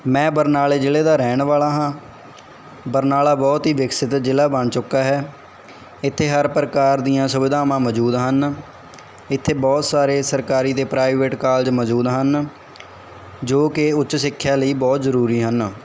ਮੈਂ ਬਰਨਾਲੇ ਜ਼ਿਲ੍ਹੇ ਦਾ ਰਹਿਣ ਵਾਲਾ ਹਾਂ ਬਰਨਾਲਾ ਬਹੁਤ ਹੀ ਵਿਕਸਿਤ ਜ਼ਿਲ੍ਹਾ ਬਣ ਚੁੱਕਾ ਹੈ ਇੱਥੇ ਹਰ ਪ੍ਰਕਾਰ ਦੀਆਂ ਸੁਵਿਧਾਵਾਂ ਮੌਜੂਦ ਹਨ ਇੱਥੇ ਬਹੁਤ ਸਾਰੇ ਸਰਕਾਰੀ ਅਤੇ ਪ੍ਰਾਈਵੇਟ ਕਾਲਜ ਮੌਜੂਦ ਹਨ ਜੋ ਕਿ ਉੱਚ ਸਿੱਖਿਆ ਲਈ ਬਹੁਤ ਜ਼ਰੂਰੀ ਹਨ